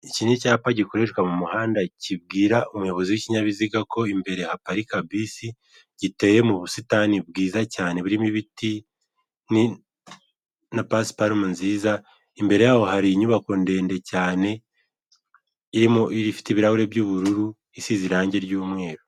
Iki ni icyapa gikoreshwa mu muhanda kibwira umuyobozi w'ikinyabiziga ko imbere haparika bisi, giteye mu busitani bwiza cyane burimo ibiti ni na pasiparumu nziza, imbere yaho hari inyubako ndende cyane irimo ifite ibirahure by'ubururu isize irange ry'umweru.